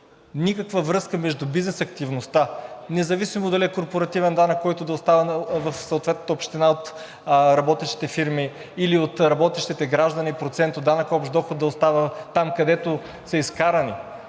Никаква връзка между бизнес активността, независимо дали е корпоративен данък, който да оставяме в съответната община от работещите фирми, или от работещите граждани процент от данък общ доход да остава там, където са изкарани.